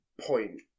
point